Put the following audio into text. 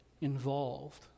involved